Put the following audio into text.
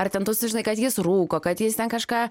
ar ten tu sužinai kad jis rūko kad jis ten kažką